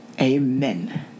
Amen